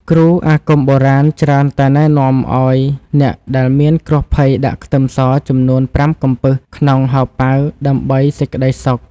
គ្រូអាគមបុរាណច្រើនតែណែនាំឱ្យអ្នកដែលមានគ្រោះភ័យដាក់ខ្ទឹមសចំនួនប្រាំកំពឺសក្នុងហោប៉ៅដើម្បីសេចក្តីសុខ។